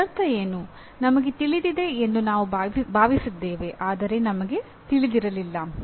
ಇದರರ್ಥ ಏನು ನಮಗೆ ತಿಳಿದಿದೆ ಎಂದು ನಾವು ಭಾವಿಸಿದ್ದೇವೆ ಆದರೆ ನಮಗೆ ತಿಳಿದಿರಲಿಲ್ಲ